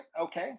okay